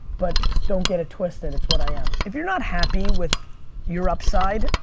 but don't get it twisted, it's what i am. if you're not happy with your upside,